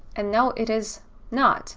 and now it is not